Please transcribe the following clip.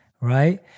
right